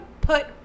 put